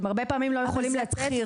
הרבה פעמים הם לא יכולים לצאת,